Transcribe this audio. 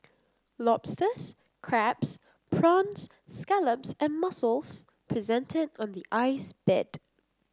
lobsters crabs prawns scallops and mussels presented on the ice bed